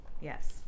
Yes